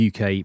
UK